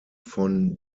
von